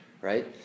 right